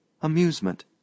amusement